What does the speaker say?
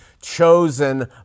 chosen